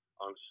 on